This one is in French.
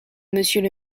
monsieur